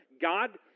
God